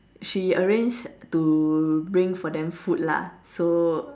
she arranged to bring for them food lah so